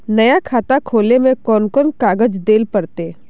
नया खाता खोले में कौन कौन कागज देल पड़ते?